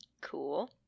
Cool